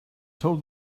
told